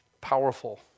powerful